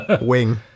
Wing